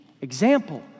example